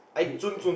you uh